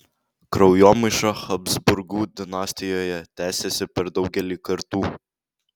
kraujomaiša habsburgų dinastijoje tęsėsi per daugelį kartų